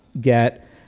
get